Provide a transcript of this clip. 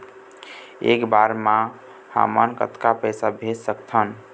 एक बर मे हमन कतका पैसा भेज सकत हन?